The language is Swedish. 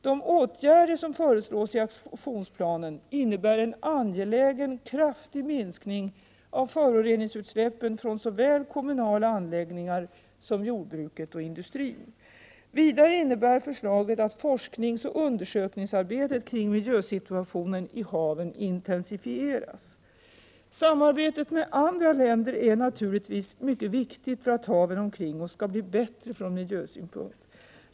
De åtgärder som föreslås i aktionsplanen innebär en angelägen, kraftig minskning av föroreningsutsläppen från såväl kommunala anläggningar som jordbruket och industrin. Vidare innebär förslaget att forskningsoch undersökningsarbetet kring miljösituationen i haven intensifieras. Samarbetet med andra länder är naturligtvis mycket viktigt för att haven omkring oss skall bli bättre från miljösynpunkt.